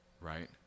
right